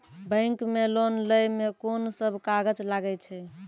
Bank मे loan लै मे कोन सब कागज लागै छै?